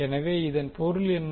எனவே இதன் பொருள் என்ன